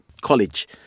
college